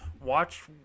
watch